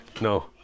No